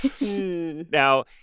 Now